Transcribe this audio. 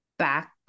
back